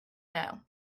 know